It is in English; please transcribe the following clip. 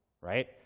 right